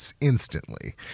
instantly